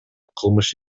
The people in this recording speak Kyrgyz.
кылмыш